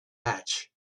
hatch